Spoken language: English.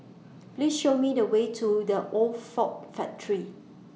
Please Show Me The Way to The Old Ford Factory